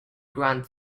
grand